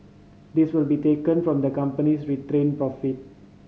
this will be taken from the company's retained profit